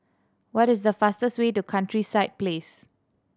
what is the fastest way to Countryside Place